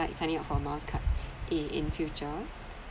it's any of your miles card in in future